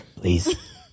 Please